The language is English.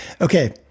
Okay